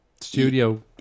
studio